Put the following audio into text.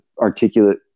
articulate